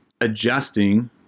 adjusting